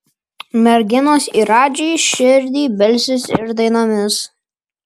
merginos į radži širdį belsis ir dainomis